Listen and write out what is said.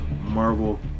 marvel